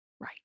Right